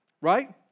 right